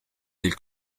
del